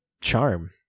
charm